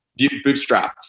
bootstrapped